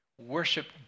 worship